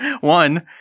One